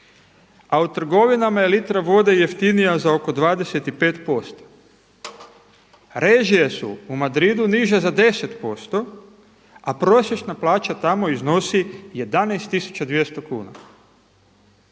a u trgovinama je litra vode jeftinija za oko 25%. Režije su u Madridu niže za 10% a prosječna plaća tamo iznosi 11 200 kuna.